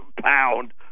pound